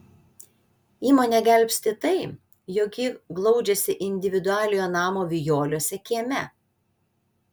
įmonę gelbsti tai jog ji glaudžiasi individualiojo namo vijoliuose kieme